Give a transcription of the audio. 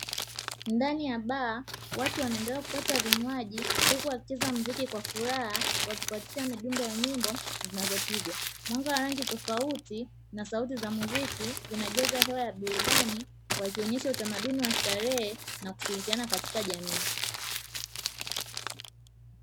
Ndani ya baa watu wanaendelea kupata vinywaji huku wakicheza mziki kwa furaha wakifatisha midundo ya nyimbo zinazopigwa. Mwanga wa rangi tofauti na sauti za muziki vinajaza hewa ya burudani, wakionyesha utamaduni wa starehe, na kushirikiana katika jamii.